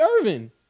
Irving